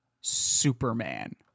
Superman